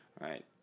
right